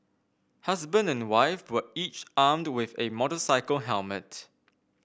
husband and wife were each armed with a motorcycle helmet